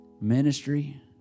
ministry